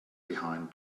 behind